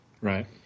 Right